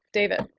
david.